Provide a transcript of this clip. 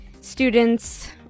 students